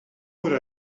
would